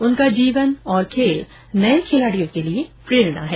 उनका जीवन और खेल नए खिलाड़ियों के लिए प्रेरणा है